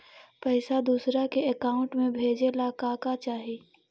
पैसा दूसरा के अकाउंट में भेजे ला का का चाही?